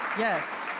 yes,